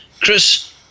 Chris